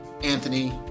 Anthony